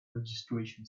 registration